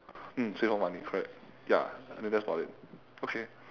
mm save more money correct ya I think that's about it okay